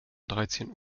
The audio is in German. dreizehn